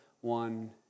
one